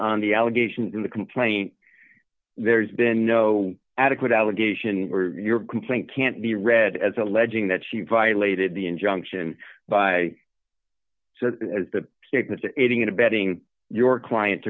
on the allegations in the complaint there's been no adequate allegation your complaint can't be read as alleging that she violated the injunction by the sickness aiding and abetting your client